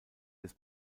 des